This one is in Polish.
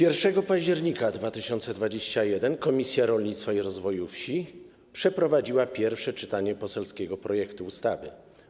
1 października 2021 r. Komisja Rolnictwa i Rozwoju Wsi przeprowadziła pierwsze czytanie poselskiego projektu ustawy.